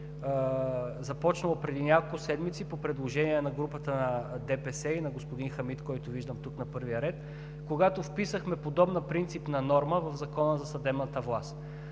започнало преди няколко седмици по предложение на групата на ДПС, и на господин Хамид, който виждам тук на първия ред, когато вписахме подобна принципна норма в Закона за съдебната власт.